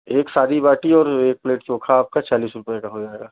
एक सादी बाटी और एक प्लेट चोखा आपका चालीस रुपये का हो जाएगा